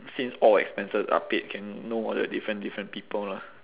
since all expenses are paid can know all the different different people lah